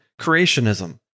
creationism